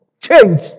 change